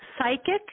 Psychic